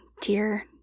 dear